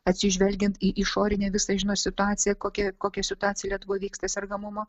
atsižvelgiant į išorinę visą žinot situaciją kokia kokia situacija lietuvoj vyksta sergamumo